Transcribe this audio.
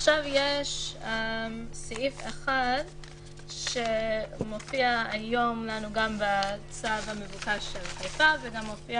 עכשיו יש סעיף אחד שמופיע היום גם בצו המבוקש של חיפה וגם מופיע